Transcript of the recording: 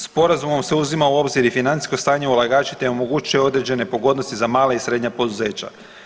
Sporazumom se uzima u obzir i financijsko stanje ulagača, te omogućuje određene pogodnosti za mala i srednja poduzeća.